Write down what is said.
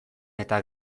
eta